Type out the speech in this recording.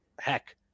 heck